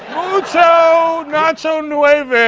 mucho nacho nueve